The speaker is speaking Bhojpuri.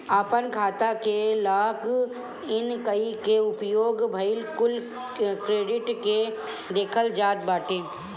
आपन खाता के लॉग इन कई के उपयोग भईल कुल क्रेडिट के देखल जात बाटे